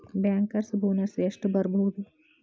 Bankers bonus ಎಷ್ಟ್ ಬರ್ಬಹುದು?